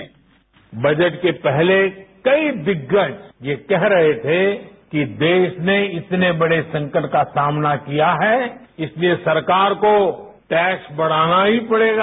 sound bite budget के पहले कई दिग्गज ये कह रहे थे कि देश ने इतने बड़े संकट का सामना किया है इसलिए सरकार को टैक्स बढ़ाना ही पड़ेगा